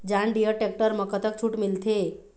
John Deere tractor म कतक छूट मिलथे?